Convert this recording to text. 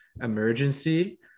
emergency